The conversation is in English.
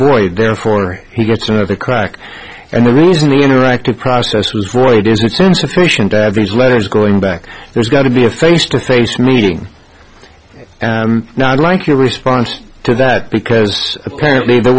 void therefore you get sort of a crack and the reason the interactive process was void is these letters going back there's got to be a face to face meeting and now i'd like your response to that because apparently the